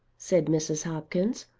said mrs. hopkins,